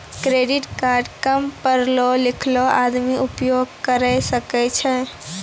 Credit card काम पढलो लिखलो आदमी उपयोग करे सकय छै?